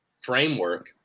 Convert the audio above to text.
framework